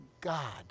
God